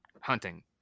hunting